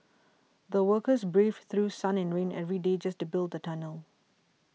the workers braved through sun and rain every day just to build the tunnel